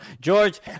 george